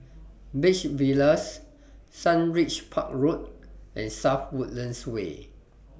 Beach Villas Sundridge Park Road and South Woodlands Way